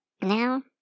Now